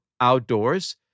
outdoors